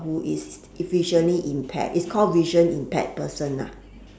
who is visually impaired it's called vision impaired person lah